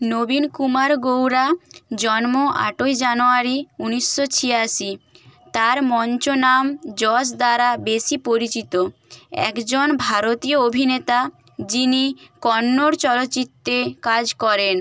নবীন কুমার গৌড়া জন্ম আটই জানুয়ারি ঊনিশশো ছিয়াশি তাঁর মঞ্চ নাম যশ দ্বারা বেশি পরিচিত একজন ভারতীয় অভিনেতা যিনি কন্নড় চলচ্চিত্রে কাজ করেন